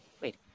Wait